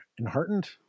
enheartened